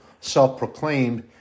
self-proclaimed